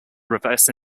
reverse